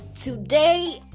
today